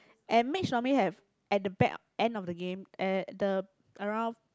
and mage normally have at the back end of the game at the around